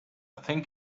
think